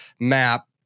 map